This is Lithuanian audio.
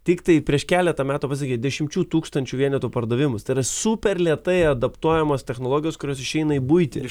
tiktai prieš keletą metų pasakyt dešimčių tūkstančių vienetų pardavimus tai yra super lėtai adaptuojamos technologijos kurios išeina į buitį